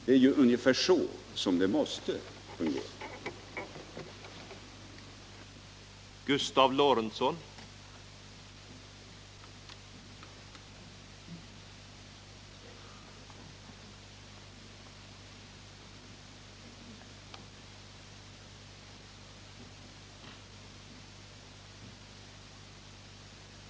Det är ju så det måste fungera.